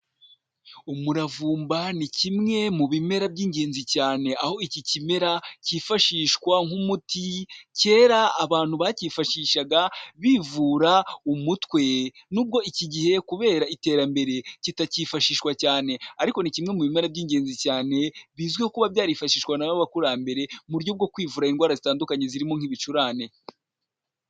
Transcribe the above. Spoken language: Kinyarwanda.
Umuravumba ni kimwe mu bimera by'ingenzi cyane, aho iki kimera cyifashishwa nk'umuti, kera abantu bacyifashishaga bivura umutwe, nubwo iki gihe kubera iterambere kitakifashishwa cyane ariko ni kimwe mu bimera by'ingenzi cyane, bizwiho kuba byarifashishwaga n'abakurambere mu buryo bwo kwivura indwara zitandukanye zirimo nk'ibicurane.